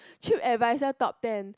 trip advisor top ten